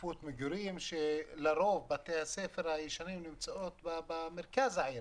מגורים ולרוב בתי הספר הישנים נמצאים במרכז העיר